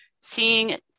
seeing